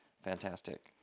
fantastic